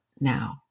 now